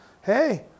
hey